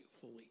fully